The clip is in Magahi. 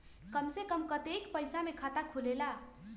कम से कम कतेइक पैसा में खाता खुलेला?